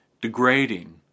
degrading